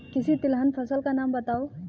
किसी तिलहन फसल का नाम बताओ